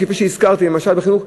כפי שהזכרתי למשל בחינוך,